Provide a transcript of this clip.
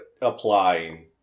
applying